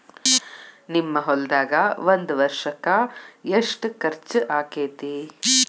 ನಿಮ್ಮ ಹೊಲ್ದಾಗ ಒಂದ್ ವರ್ಷಕ್ಕ ಎಷ್ಟ ಖರ್ಚ್ ಆಕ್ಕೆತಿ?